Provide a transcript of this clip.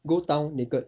go town naked